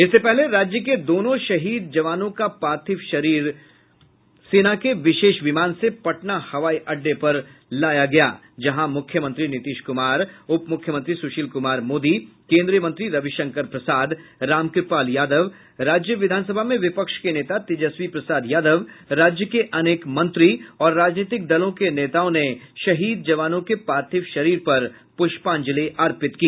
इससे पहले राज्य के दोनों शहीद जवानों का पार्थिव शरीर सेना के विशेष विमान से पटना हवाई अड्डे पर लाया गया जहां मुख्यमंत्री नीतीश कुमार उप मुख्यमंत्री सुशील कुमार मोदी केन्द्रीय मंत्री रविशंकर प्रसाद रामकृपाल यादव राज्य विधानसभा में विपक्ष के नेता तेजस्वी प्रसाद यादव राज्य के अनेक मंत्री और राजनीतिक दलों के नेताओं ने शहीद जवानों के पार्थिव शरीर पर पुष्पांजलि अर्पित की